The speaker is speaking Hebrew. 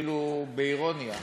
באירוניה.